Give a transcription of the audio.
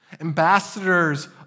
ambassadors